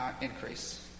increase